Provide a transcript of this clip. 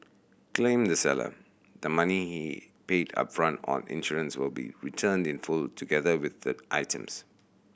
claimed the seller the money he paid upfront on insurance will be returned in full together with the items